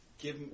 give